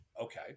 Okay